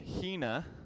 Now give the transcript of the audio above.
hina